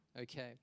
okay